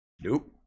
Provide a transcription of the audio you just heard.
Nope